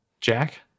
Jack